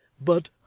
but